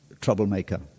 troublemaker